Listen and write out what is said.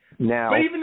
Now